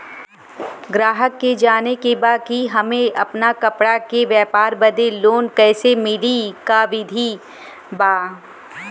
गराहक के जाने के बा कि हमे अपना कपड़ा के व्यापार बदे लोन कैसे मिली का विधि बा?